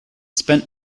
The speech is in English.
spent